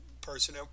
person